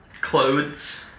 clothes